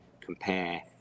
compare